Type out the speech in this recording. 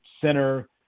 center